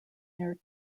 their